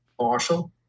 Marshall